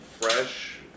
fresh